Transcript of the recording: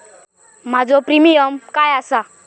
माझो प्रीमियम काय आसा?